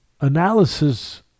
analysis